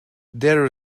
there